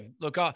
look